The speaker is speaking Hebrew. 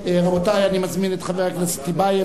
רבותי, אני מזמין את חבר הכנסת רוברט טיבייב.